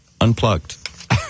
unplugged